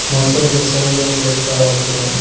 मौसम के सही जानकारी का होखेला?